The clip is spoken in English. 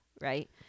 right